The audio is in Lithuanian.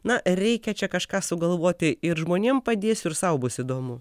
na reikia čia kažką sugalvoti ir žmonėm padėsiu ir sau bus įdomu